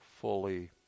fully